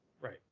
Right